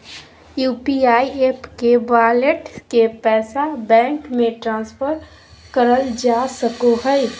UPI app के wallet के पैसा बैंक मे ट्रांसफर करल जा सको हय